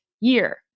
year